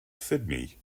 sydney